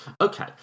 Okay